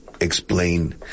explain